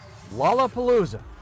Lollapalooza